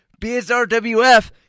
BSRWF